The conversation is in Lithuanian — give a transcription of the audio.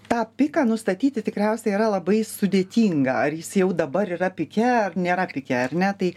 tą piką nustatyti tikriausiai yra labai sudėtinga ar jis jau dabar yra pike ar nėra pike ar ne tai